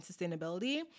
sustainability